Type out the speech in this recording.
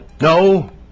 No